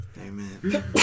Amen